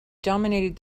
dominated